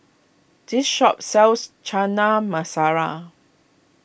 this shop sells Chana Masala